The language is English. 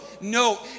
no